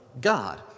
God